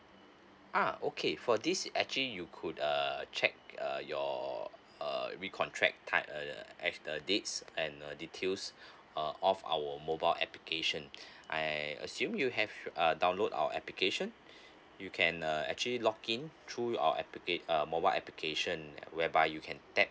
uh okay for this actually you could uh check uh your uh recontract tight err actually uh dates and uh details uh of our mobile application I assume you have uh download our application you can uh actually log in through your applicate uh mobile application whereby you can tap